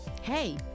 Hey